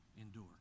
endure